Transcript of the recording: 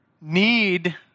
need